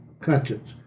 conscience